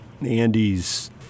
Andy's